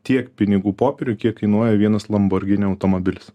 tiek pinigų popieriui kiek kainuoja vienas lamborghini automobilis